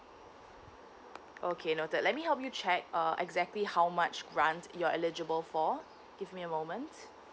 okay noted let me help you check uh exactly how much of grants you're eligible for give me a moment